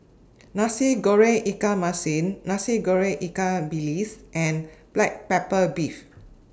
Nasi Goreng Ikan Masin Nasi Goreng Ikan Bilis and Black Pepper Beef